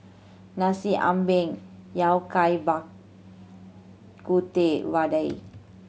Nasi Ambeng Yao Cai Bak Kut Teh vadai